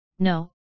No